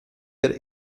der